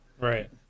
Right